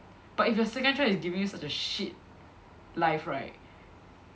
but if your second choice is giving you such a shit life right